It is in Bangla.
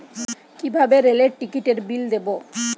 কিভাবে রেলের টিকিটের বিল দেবো?